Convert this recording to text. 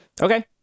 Okay